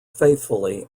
faithfully